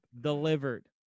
Delivered